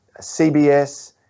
CBS